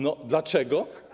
No dlaczego?